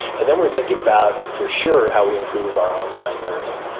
and then we're thinking about for sure how we improve our online learning.